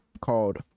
called